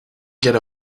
get